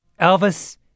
Elvis